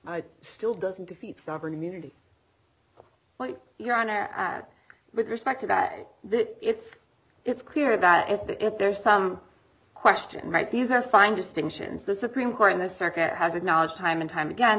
still doesn't defeat sovereign immunity point your honor add with respect to that it's it's clear about if there's some question right these are fine distinctions the supreme court in the circuit has acknowledged time and time again